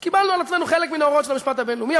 אז קיבלנו על עצמנו חלק מן ההוראות של המשפט הבין-לאומי,